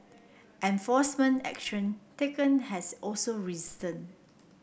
enforcement action taken has also risen